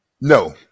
No